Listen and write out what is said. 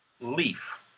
Leaf